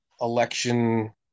election